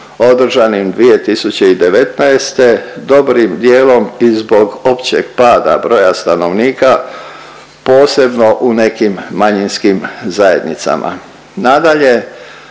održanim 2019., dobrim dijelom i zbog općeg pada broja stanovnika, posebno u nekim manjinskim zajednicama. Nadalje,